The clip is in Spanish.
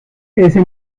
ese